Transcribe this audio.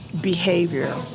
behavior